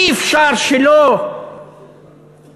אי-אפשר שלא לומר: